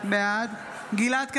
בעד גלעד קריב,